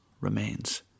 remains